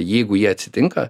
jeigu jie atsitinka